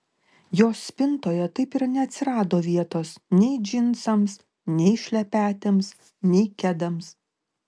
jos spintoje taip ir neatsirado vietos nei džinsams nei šlepetėms nei kedams